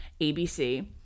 ABC